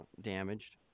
damaged